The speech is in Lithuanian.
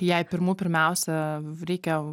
jai pirmų pirmiausia reikia